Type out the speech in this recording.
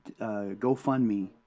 GoFundMe